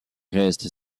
restent